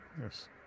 Yes